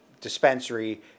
dispensary